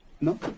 No